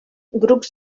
grups